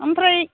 ओमफ्राय